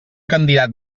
candidat